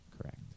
Correct